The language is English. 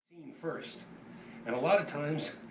seen first and a lot of times